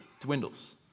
dwindles